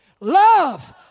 Love